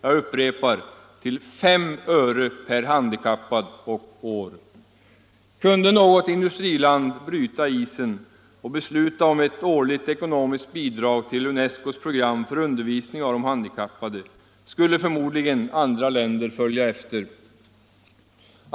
Jag upprepar: till 5 öre per handikappad och år. Kunde något industriland bryta isen och besluta om ett årligt ekonomiskt bidrag till UNESCO:s program för undervisning av de handikappade skulle förmodligen andra länder följa efter.